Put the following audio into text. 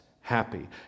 happy